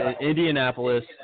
Indianapolis